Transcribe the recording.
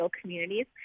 communities